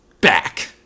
back